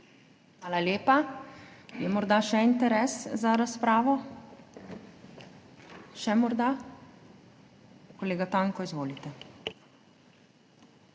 Hvala lepa. Je morda še interes za razpravo? Še morda? Kolega Tanko, izvolite.